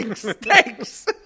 Thanks